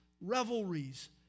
revelries